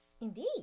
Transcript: Indeed